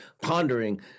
Pondering